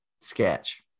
sketch